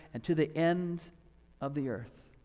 and to the ends of the earth.